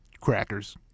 crackers